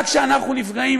רק כשאנחנו נפגעים,